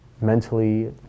mentally